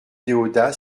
déodat